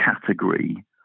category